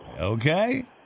Okay